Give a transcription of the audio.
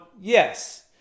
yes